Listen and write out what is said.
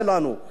זה נכון,